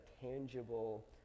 tangible